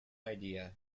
idea